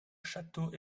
château